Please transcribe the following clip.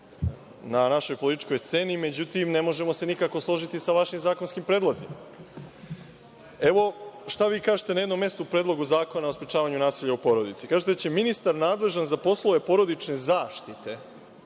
na našoj političkoj sceni, međutim, ne možemo se nikako složiti sa vašim zakonskim predlozima. Evo, šta vi kažete na jednom mestu u Predlogu zakona o sprečavanju nasilja u porodici. Kažete da će ministar nadležan za poslove porodične zaštite,